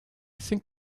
think